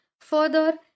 Further